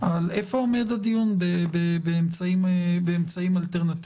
איפה עומד הדיון באמצעים אלטרנטיביים.